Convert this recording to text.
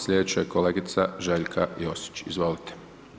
Slijedeća je kolegica Željka Josić, izvolite.